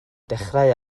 dechrau